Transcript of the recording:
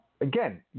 again